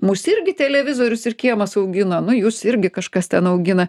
mus irgi televizorius ir kiemas augino nu jus irgi kažkas ten augina